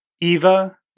Eva